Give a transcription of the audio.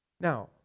Now